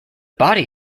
body